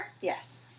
Yes